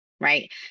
right